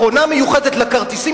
מכונה מיוחדת לכרטיסים,